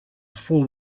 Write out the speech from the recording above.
fool